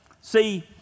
See